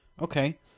Okay